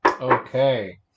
Okay